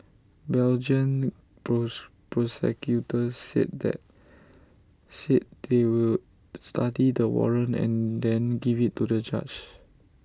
Belgian prosecutors said that said they would study the warrant and then give IT to A judge